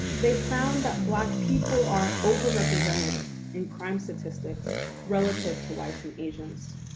they found that black people are overrepresented in crime statistics relative to whites and asians.